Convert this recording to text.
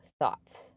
thoughts